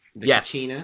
Yes